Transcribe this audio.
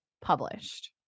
published